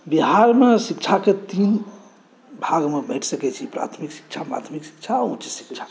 बिहारमे शिक्षाके तीन भागमे बाँटि सकै छी प्राथमिक शिक्षा माध्यमिक शिक्षा आओर उच्च शिक्षा